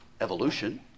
evolution